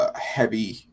heavy